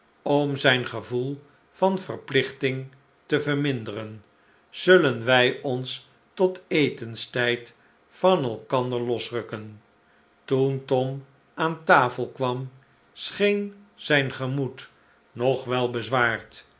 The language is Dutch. om zijn gevoel van verplichting te verminderen zullen wij ons tot etenstijd van elkander losrukken toen tom aan tafel kwam scheen zijn gemoed nog wel bezwaard